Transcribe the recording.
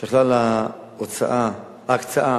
שכלל הקצאה,